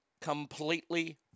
completely